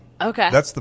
Okay